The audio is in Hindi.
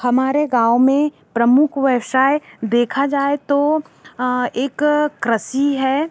हमारे गाँव में प्रमुख व्यवसाय देखा जाए तो एक कृषि है